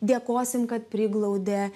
dėkosim kad priglaudė